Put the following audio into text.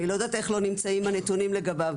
אני לא יודעת איך לא נמצאים הנתונים לגביו.